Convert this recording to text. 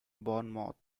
bournemouth